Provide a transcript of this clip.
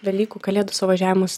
velykų kalėdų suvažiavimus